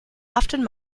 often